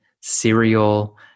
cereal